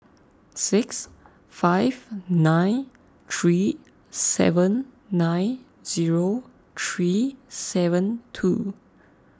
six five nine three seven nine zero three seven two